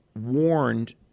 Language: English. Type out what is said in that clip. warned